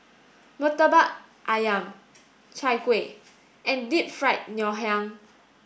Murtabak Ayam Chai Kueh and Deep Fried Ngoh Hiang